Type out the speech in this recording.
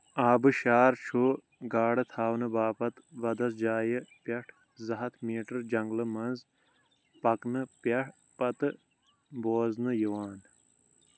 آبشار چھُ ، گاڈٕ تھاونہٕ باپتھ بدس جایہِ پیٹھ زٕ ہَتھ میٖٹر جنگلہٕ منز پكنہٕ پٮ۪ٹھ پتہٕ بوزنہٕ یوان